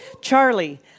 Charlie